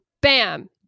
bam